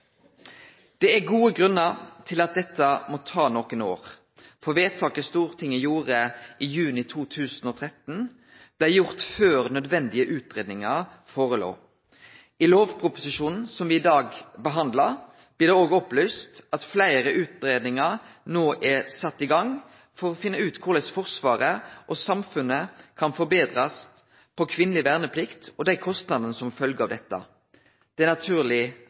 Det er gode grunnar til at dette må ta nokre år, for vedtaket Stortinget gjorde i juni 2013, blei gjort før nødvendige utgreiingar låg føre. I lovproposisjonen som me behandlar i dag, blir det òg opplyst at fleire utgreiingar no er sette i gang for å finne ut korleis Forsvaret og samfunnet kan betrast når det gjeld kvinneleg verneplikt og dei kostnadene som følgjer av dette. Det er naturleg